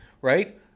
right